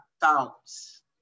thoughts